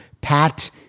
Pat